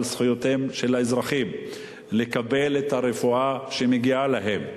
זכויותיהם של האזרחים לקבל את הרפואה שמגיעה להם,